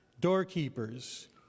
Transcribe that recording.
doorkeepers